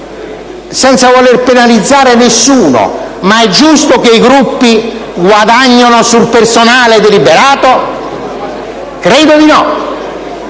Senza voler penalizzare nessuno, chiedo: è giusto che i Gruppi guadagnino sul personale deliberato? Credo di no.